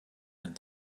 and